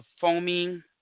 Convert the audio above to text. foaming